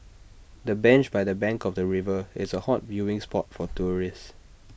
the bench by the bank of the river is A hot viewing spot for tourists